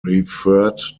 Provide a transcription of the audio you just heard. referred